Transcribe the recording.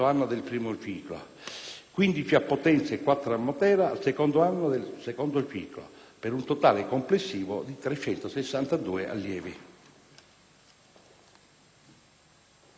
a Potenza e quattro a Matera al secondo anno del secondo ciclo, per un totale complessivo di 362 allievi.